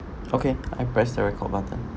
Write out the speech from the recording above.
okay I press the record button